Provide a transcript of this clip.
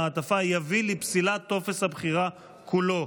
המעטפה יביא לפסילת טופס הבחירה כולו.